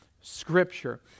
scripture